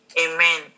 amen